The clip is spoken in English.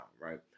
Right